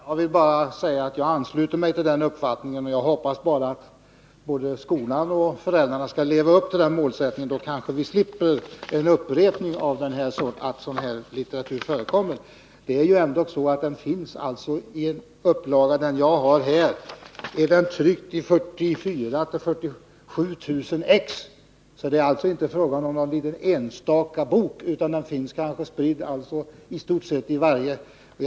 Herr talman! Jag vill bara säga att jag ansluter mig till den uppfattningen. Jag hoppas bara att både skola och föräldrar skall leva upp till denna målsättning. Då kanske vi slipper en upprepning av att sådan här litteratur används. Det är ändå så att boken finns — enligt mitt band i 44 000-47 000 exemplar. Det är alltså inte fråga om någon enstaka bok, utan den finns kanske spridd i stort sett överallt.